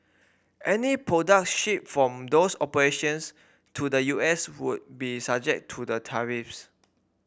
any products shipped from those operations to the U S would be subject to the tariffs